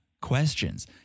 questions